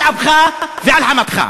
על אפך ועל חמתך.